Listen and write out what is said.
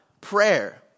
prayer